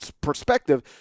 perspective